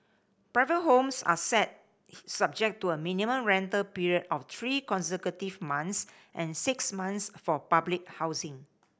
private homes are set subject to a minimum rental period of three consecutive months and six months for public housing